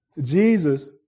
Jesus